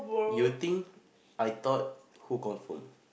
you think I thought who confirm